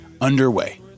underway